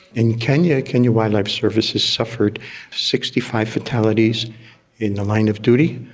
in kenya, kenya wildlife services suffered sixty five fertilities in the line of duty.